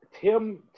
tim